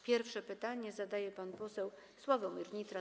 Pierwsze pytanie zadaje pan poseł Sławomir Nitras.